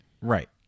Right